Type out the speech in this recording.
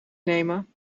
nemen